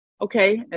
okay